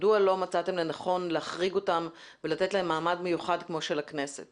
מדוע לא מצאתם לנכון להחריג אותם ולתת להם מעמד מיוחד כמו של הכנסת